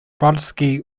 brodsky